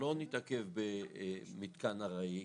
שלא נתעכב במתקן ארעי,